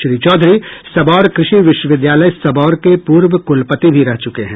श्री चौधरी सबौर कृषि विश्वविद्यालय सबौर के पूर्व कुलपति भी रह चुके हैं